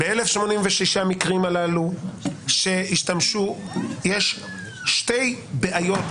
ב-1,086 מקרים הללו שהשתמשו יש שתי בעיות.